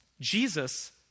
Jesus